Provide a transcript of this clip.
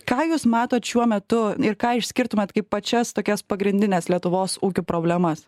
ką jūs matot šiuo metu ir ką išskirtumėt kaip pačias tokias pagrindines lietuvos ūkio problemas